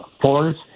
force